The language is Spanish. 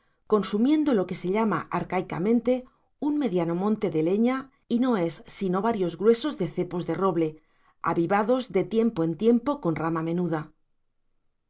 consumiendo lo que se llama arcaicamente un mediano monte de leña y no es sino varios gruesos cepos de roble avivados de tiempo en tiempo con rama menuda